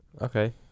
Okay